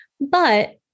But-